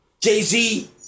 Jay-Z